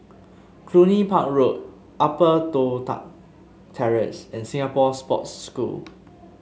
Cluny Park Road Upper Toh Tuck Terrace and Singapore Sports School